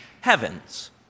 heavens